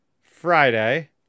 Friday